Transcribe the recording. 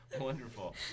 wonderful